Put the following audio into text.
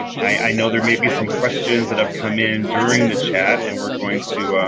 i know there may be some questions that have come in during the chat, and we're going to